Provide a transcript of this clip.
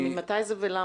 ממתי ולמה?